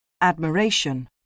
Admiration